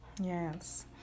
Yes